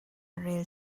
rel